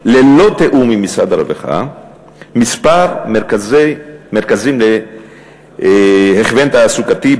ללא תיאום עם משרד הרווחה כמה מרכזים להכוון תעסוקתי.